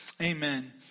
Amen